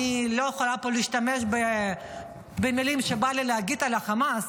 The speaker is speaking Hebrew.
אני לא יכולה פה להשתמש במילים שבא להגיד על החמאס,